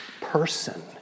person